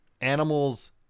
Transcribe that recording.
animals